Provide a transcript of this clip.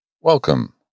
Welcome